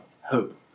hope